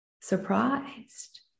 surprised